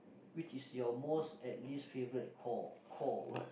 which is your most and least favourite chore chore